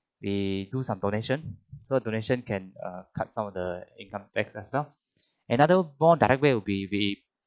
we do some donation so donation can err cut some of the income tax as well another more direct way will be we